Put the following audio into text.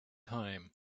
time